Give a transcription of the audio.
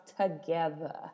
together